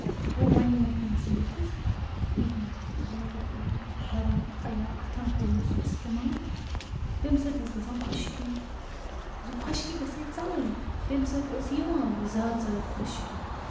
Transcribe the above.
گوٚو وۅنۍ مۄتھ نہٕ مےٚ سُہ بٔتھِس کِہیٖنٛۍ نہٕ مطلب مےٚ کوٚر سُہ کھۄرَن یا اَتھن کوٚر مےٚ سُہ اِستعمال تَمہِ سۭتۍ ٲسۍ گژھان خۄشکی زِ خۄشکی گژھِ ہے ژَلٕںی تَمہِ سۭتۍ ٲسۍ یِوان زیادٕ زیادٕ خۄشکِی